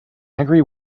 angry